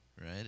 right